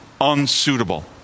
unsuitable